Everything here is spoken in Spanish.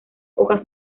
hojas